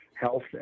health